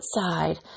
outside